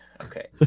Okay